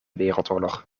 wereldoorlog